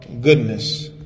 goodness